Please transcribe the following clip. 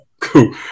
Cool